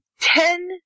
Ten